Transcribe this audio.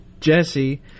Jesse